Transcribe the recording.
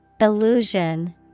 Illusion